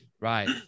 Right